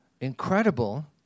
incredible